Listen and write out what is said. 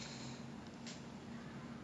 ah then my last wish will be like